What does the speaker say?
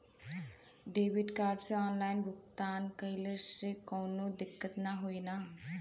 Debit card से online भुगतान कइले से काउनो दिक्कत ना होई न?